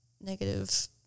negative